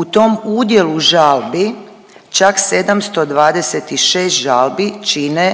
U tom udjelu žalbi čak 726 žalbi čine